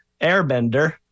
Airbender